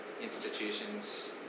institutions